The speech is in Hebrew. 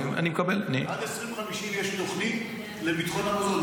עד 2050 יש תוכנית לביטחון המזון.